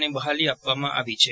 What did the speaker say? ને બહાલી આપવામાં આવી છે